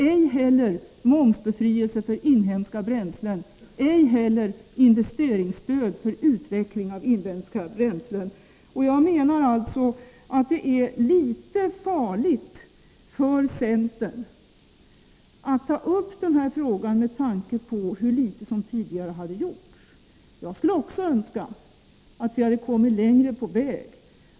Detta gällde även frågan om momsbefrielse för inhemska bränslen och frågan om investeringsstöd för utveckling av inhemska bränslen. Jag anser att det, med tanke på hur litet som tidigare hade gjorts, är litet farligt för centern att ta upp denna fråga. Jag skulle önska att vi hade kommit längre på väg.